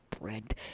bread